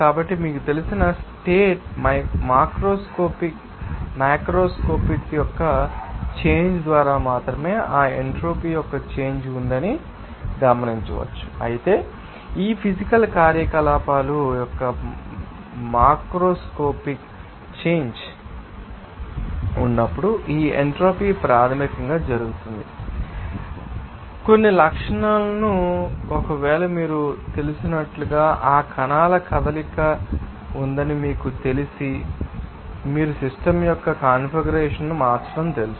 కాబట్టి మీకు తెలిసిన స్టేట్ ాల మాక్రోస్కోపిక్ యొక్క చేంజ్ ద్వారా మాత్రమే ఆ ఎంట్రోపీ యొక్క చేంజ్ ఉందని మేము గమనించవచ్చు అయితే ఈ ఫీజికల్ కార్యకలాపాల యొక్క మాక్రోస్కోపిక్ చేంజ్ ఉన్నప్పుడు ఈ ఎంట్రోపీ ప్రాథమికంగా జరుగుతుంది అవి లేదా మీరు కొన్ని లక్షణాలను చూడవచ్చు ఒకవేళ మీకు తెలిసినట్లుగా ఆ కణాల కదలిక ఉందని మీకు తెలిసి కూడా మీరు సిస్టమ్ యొక్క కాన్ఫిగరేషన్ను మార్చడం తెలుసు